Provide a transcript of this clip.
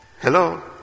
hello